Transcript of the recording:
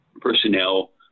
personnel